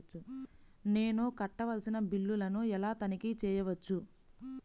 నేను కట్టవలసిన బిల్లులను ఎలా తనిఖీ చెయ్యవచ్చు?